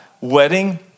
wedding